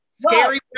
Scary